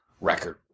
record